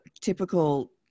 typical